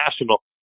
National